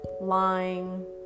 lying